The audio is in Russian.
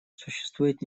существует